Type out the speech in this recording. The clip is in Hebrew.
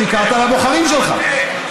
שיקרת לבוחרים שלך.